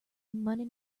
money